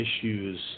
issues